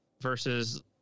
versus